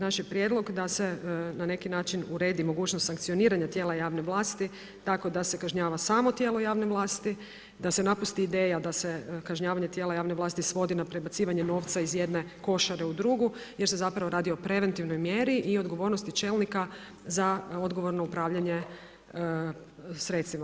Naš prijedlog je da se na neki način uredi mogućnost sankcioniranja tijela javne vlasti tako da se kažnjava samo tijelo javne vlasti, da se napusti ideja da se kažnjavanje tijela javne vlasti svodi na prebacivanje novca iz jedne košare u drugu jer se zapravo radi o preventivnoj mjeri i odgovornosti čelnika za odgovorno upravljanje sredstvima.